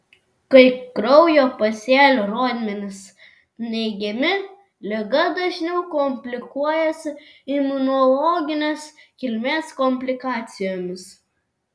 kai kraujo pasėlių rodmenys neigiami liga dažniau komplikuojasi imunologinės kilmės komplikacijomis